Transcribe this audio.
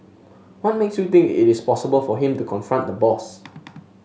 what makes you think it is possible for him to confront the boss